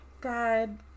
God